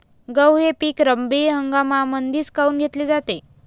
गहू हे पिक रब्बी हंगामामंदीच काऊन घेतले जाते?